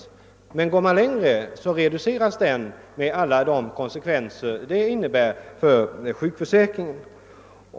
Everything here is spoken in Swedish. Om man går längre reduceras denna inkomst, med alla de konsekvenser det innebär för sjukförsäkringen.